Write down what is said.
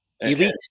Elite